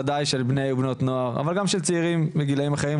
ודאי של בני ובנות נוער אבל גם של צעירים בגילאים אחרים.